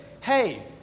hey